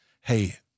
hey